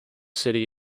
city